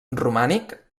romànic